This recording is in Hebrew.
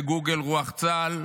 שיעשה גוגל על רוח צה"ל,